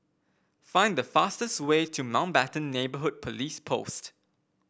find the fastest way to Mountbatten Neighbourhood Police Post